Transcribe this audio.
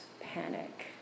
panic